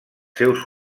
seus